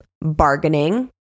bargaining